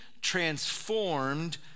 transformed